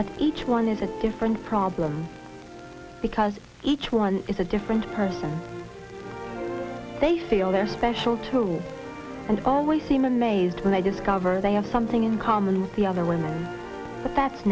but each one is a different problem because each one is a different person they feel their special tools and always seem amazed when i discover they have something in common with the other women but that's